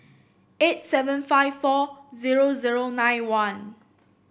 eight seven five four zero zero nine one